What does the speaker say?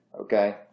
Okay